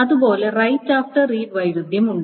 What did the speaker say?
അതുപോലെ write after read വൈരുദ്ധ്യം ഉണ്ട്